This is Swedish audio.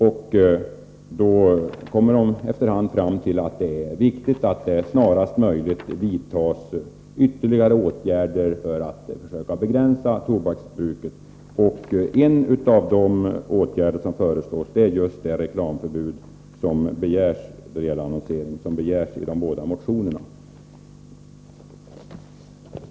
Man kommer fram till att det är viktigt att det snarast möjligt vidtas ytterligare åtgärder för att söka begränsa tobaksbruket. En av de åtgärder som föreslås är just det annonsförbud som begärs i de båda motionerna.